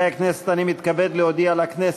אני מתכבד להודיע לכנסת,